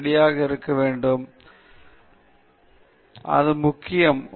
நீங்கள் அதை செய்தால் பார்வையாளர்கள் மிகவும் ஈர்க்கப்படுவார்கள் அதனால் அது முக்கியம்